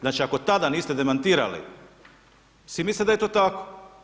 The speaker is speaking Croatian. Znači ako tada niste demantirali, svi misle da je to tako.